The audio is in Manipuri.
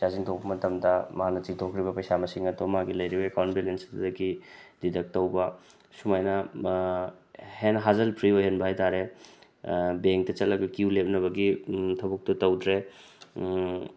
ꯄꯩꯁꯥ ꯆꯤꯡꯊꯣꯛꯄ ꯃꯇꯝꯗ ꯃꯥꯅ ꯆꯤꯡꯊꯣꯛꯈ꯭ꯔꯤꯕ ꯄꯩꯁꯥ ꯃꯁꯤꯡ ꯑꯗꯨ ꯃꯥꯒꯤ ꯂꯩꯔꯤꯕ ꯑꯦꯀꯥꯎꯟ ꯕꯦꯂꯦꯟꯁꯇꯨꯗꯒꯤ ꯗꯤꯗꯛ ꯇꯧꯕ ꯁꯨꯃꯥꯏꯅ ꯍꯦꯟꯅ ꯍꯥꯖꯜ ꯐ꯭ꯔꯤ ꯑꯣꯏꯍꯟꯕ ꯍꯥꯏ ꯇꯥꯔꯦ ꯕꯦꯡꯇ ꯆꯠꯂꯒ ꯀ꯭ꯌꯨ ꯂꯦꯞꯅꯕꯒꯤ ꯊꯕꯛꯇꯨ ꯇꯧꯗ꯭ꯔꯦ